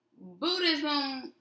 Buddhism